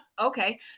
okay